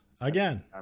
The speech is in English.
again